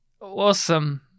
Awesome